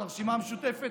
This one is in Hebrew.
אבל הרשימה המשותפת.